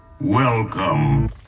Welcome